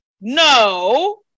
no